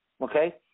Okay